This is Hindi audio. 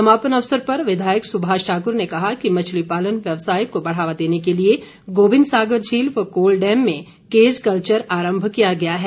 समापन अवसर पर विधायक सुभाष ठाकुर ने कहा कि मछली पालन व्यवसाय को बढ़ावा देने के लिए गोबिंद सागर झील व कोल डैम में केज कल्वर आरम्भ किया गया है